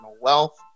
wealth